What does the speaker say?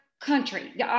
country